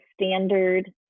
standard